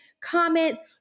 comments